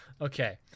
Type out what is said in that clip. Okay